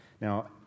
Now